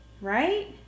right